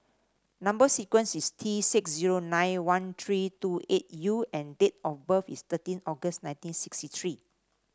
number sequence is T six zero nine one three two eight U and date of birth is thirteen August nineteen sixty three